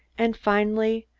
and finally,